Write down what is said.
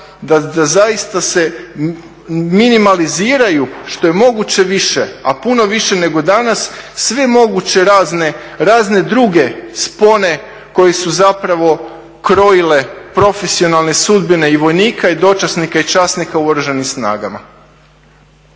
da zaista se minimaliziraju što je moguće više, a puno više nego danas, sve moguće razne druge spone koje su zapravo krojile profesionalne sudbine i vojnika i dočasnika i časnika u Oružanim snagama.